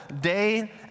day